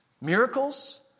miracles